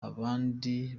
abandi